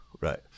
Right